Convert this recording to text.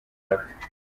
arapfa